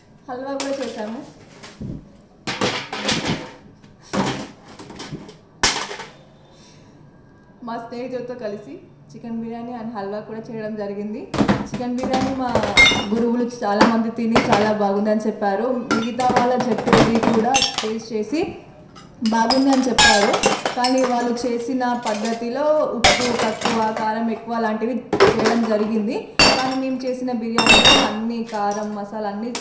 హల్వా కూడా చేశాము మా స్నేహితులతో కలిసి చికెన్ బిర్యానీ అండ్ హల్వా కూడా చేయడం జరిగింది చికెన్ బిర్యాని మా గురువులు చాలా మంది తిని చాలా బాగుంది అని చెప్పారు మిగతా వాళ్ళ జట్టుది కూడా టేస్ట్ చేసి బాగుంది అని చెప్పారు కానీ వాళ్ళు చేసిన పద్ధతిలో ఉప్పు తక్కువ కారం ఎక్కువ లాంటివి చేయడం జరిగింది కానీ మేము చేసిన బిర్యానిలో అన్ని కారం మసాలా అన్ని